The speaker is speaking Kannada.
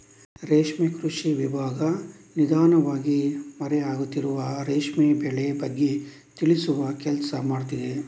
ರೇಷ್ಮೆ ಕೃಷಿ ವಿಭಾಗ ನಿಧಾನವಾಗಿ ಮರೆ ಆಗುತ್ತಿರುವ ರೇಷ್ಮೆ ಬೆಳೆ ಬಗ್ಗೆ ತಿಳಿಸುವ ಕೆಲ್ಸ ಮಾಡ್ತಿದೆ